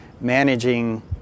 managing